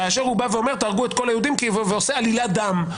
וזה כאשר הוא בא ואומר תהרגו את כל היהודים ועושה עלילת דם.